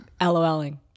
loling